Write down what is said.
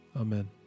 Amen